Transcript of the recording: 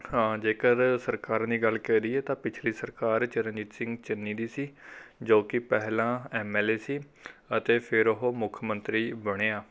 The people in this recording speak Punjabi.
ਹਾਂ ਜੇਕਰ ਸਰਕਾਰਾਂ ਦੀ ਗੱਲ ਕਰੀਏ ਤਾਂ ਪਿਛਲੀ ਸਰਕਾਰ ਚਰਨਜੀਤ ਸਿੰਘ ਚੰਨੀ ਦੀ ਸੀ ਜੋ ਕਿ ਪਹਿਲਾਂ ਐੱਮ ਐੱਲ ਏ ਸੀ ਅਤੇ ਫਿਰ ਉਹ ਮੁੱਖ ਮੰਤਰੀ ਬਣਿਆ